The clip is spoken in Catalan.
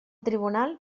tribunal